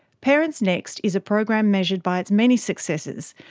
parentsnext is a program measured by its many successes,